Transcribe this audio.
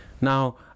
Now